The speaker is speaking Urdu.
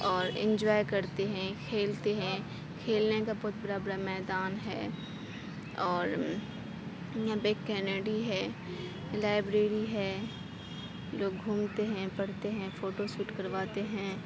اور انجوائے کرتے ہیں کھیلتے ہیں کھیلنے کا بہت بڑا بڑا میدان ہے اور یہاں پہ کینیڈی ہے لائبریری ہے لوگ گھومتے ہیں پڑھتے ہیں فوٹو سوٹ کرواتے ہیں